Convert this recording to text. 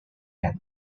and